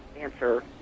answer